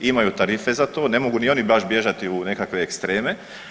Imaju tarife za to, ne mogu ni oni baš bježati u nekakve ekstreme.